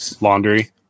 Laundry